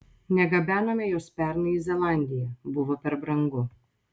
negabenome jos pernai į zelandiją buvo per brangu